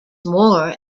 more